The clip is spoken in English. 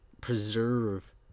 preserve